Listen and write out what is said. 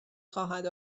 خواهد